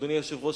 אדוני היושב-ראש,